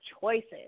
choices